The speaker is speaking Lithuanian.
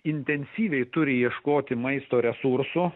intensyviai turi ieškoti maisto resursų